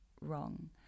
wrong